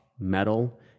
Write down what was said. metal